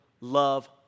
love